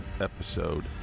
episode